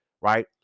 right